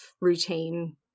routine